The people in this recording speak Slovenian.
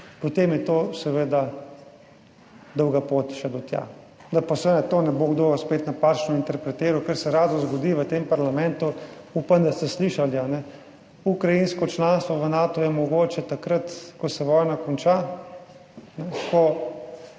potem je to seveda dolga pot še do tja. Da pa seveda to ne bo kdo spet napačno interpretiral, kar se rado zgodi v tem parlamentu, upam, da ste slišali, a ne? Ukrajinsko članstvo v Natu je mogoče takrat, ko se vojna konča,